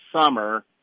summer